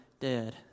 dead